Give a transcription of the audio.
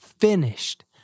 finished